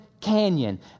Canyon